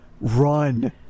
run